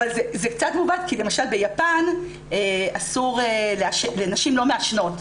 אבל זה קצת מעוות כי למשל ביפן נשים לא מעשנות,